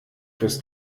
fürs